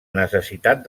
necessitat